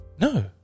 No